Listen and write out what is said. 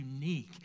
unique